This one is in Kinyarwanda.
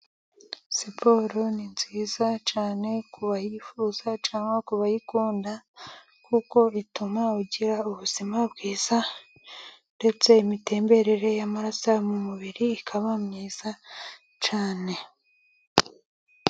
Siporo ni nziza cyane ku bayifuza cyangwa ku bayikunda, kuko bituma ugira ubuzima bwiza, ndetse imitemberere y'amaraso mu mubiri ikaba myiza cyane.